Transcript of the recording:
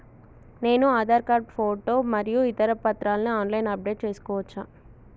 నేను Aadhaar card photo మరియు ఇతర పత్రాలను ఆన్ లైన్ అప్ డెట్ చేసుకోవచ్చా?